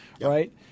Right